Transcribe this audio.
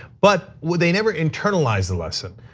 but would they never internalize the lesson.